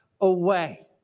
away